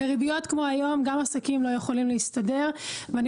בריביות כמו היום גם עסקים לא יכולים להסתדר ואני